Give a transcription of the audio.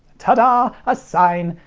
tada! a sine,